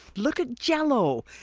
look at jell-o.